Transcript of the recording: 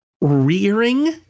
rearing